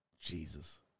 Jesus